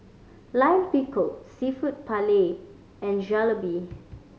Lime Pickle Seafood Paella and Jalebi